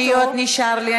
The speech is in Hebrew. ארבע שניות נשארו לה,